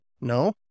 No